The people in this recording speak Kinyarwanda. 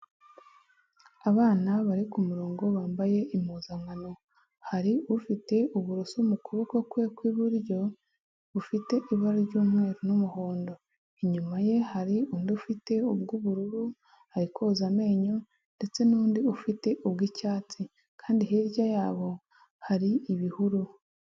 Abana bari kumurongo bambaye impuzankano, hari ufite uburoso mu kuboko kwe kw'iburyo bufite ibara ry'umweru n'umuhondo, inyuma ye hari undi ufite ubw'ubururu ari koza amenyo, ndetse n'undi ufite ubw'icyatsi, kandi hirya yabo hari ibihuru.